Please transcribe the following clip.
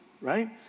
right